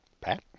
Pat